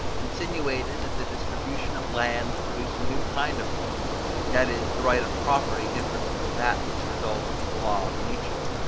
insinuated that the distribution of lands produced a new kind of right that is, the right of property different from that which results from the law of nature.